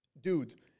Dude